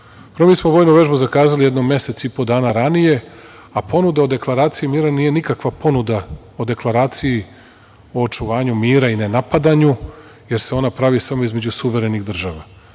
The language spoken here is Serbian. Prvo, mi smo vojnu vežbu zakazali jedno mesec i po dana ranije, a ponuda o deklaraciji mira nije nikakva ponuda o deklaraciji, o očuvanju mira i nenapadanju, jer se ona pravi samo između suverenih država.